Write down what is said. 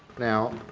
now